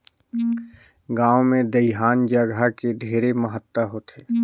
गांव मे दइहान जघा के ढेरे महत्ता होथे